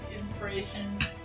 Inspiration